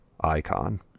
icon